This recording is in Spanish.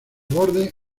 borde